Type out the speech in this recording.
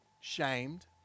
shamed